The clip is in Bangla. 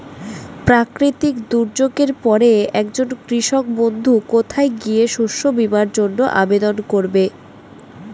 প্রাকৃতিক দুর্যোগের পরে একজন কৃষক বন্ধু কোথায় গিয়ে শস্য বীমার জন্য আবেদন করবে?